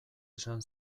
esan